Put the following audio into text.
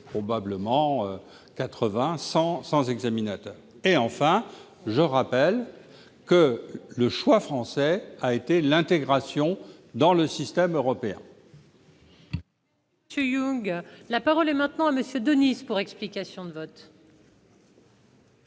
probablement une centaine d'examinateurs. Enfin, je rappelle que le choix français a été l'intégration dans le système européen. La parole est à M. Marc Daunis, pour explication de vote.